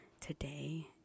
today